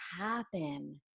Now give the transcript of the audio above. happen